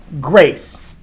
Grace